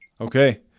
Okay